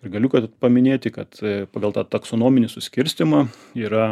ir galiu paminėti kad pagal tą taksonominį suskirstymą yra